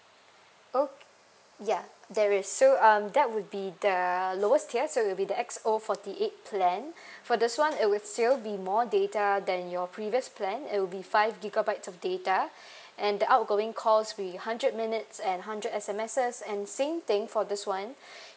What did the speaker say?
o~ ya there is so um that would be the lowest tier so it'll be the X O forty eight plan for this one it would still be more data than your previous plan it'll be five gigabytes of data and the outgoing calls be hundred minutes and hundred S_M_Ses and same thing for this one